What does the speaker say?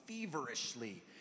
feverishly